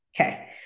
Okay